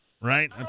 Right